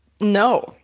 No